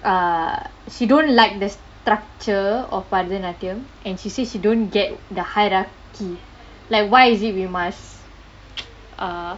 uh she don't like the structure of bharathanatyam and she says you don't get the hiearchy like why is it we must uh